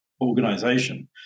organization